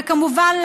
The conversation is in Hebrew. וכמובן,